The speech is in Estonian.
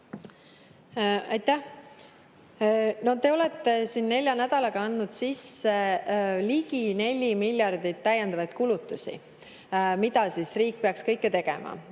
Te olete siin nelja nädalaga andnud sisse ligi 4 miljardi jagu täiendavaid kulutusi, mida kõike riik peaks tegema.